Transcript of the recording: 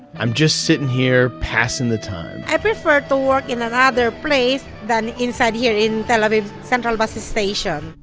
i'm just sitting here passing the time. i prefer to work in that other place than inside here in tel aviv central bus station.